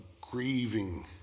grieving